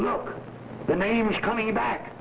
look the name is coming back